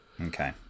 Okay